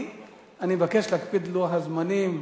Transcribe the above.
אני מבקש להקפיד על לוח הזמנים.